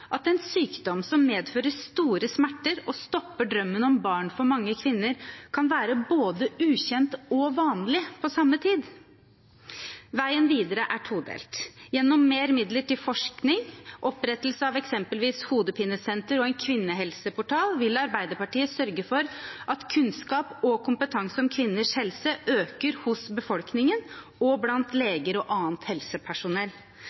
at en sykdom som medfører store smerter og stopper drømmen om barn for mange kvinner, kan være både ukjent og vanlig på samme tid? Veien videre er todelt. Gjennom mer midler til forskning, opprettelse av eksempelvis hodepinesenter og en kvinnehelseportal vil Arbeiderpartiet sørge for at kunnskap og kompetanse om kvinners helse øker hos befolkningen og blant